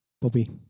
Bobby